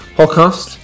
podcast